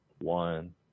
one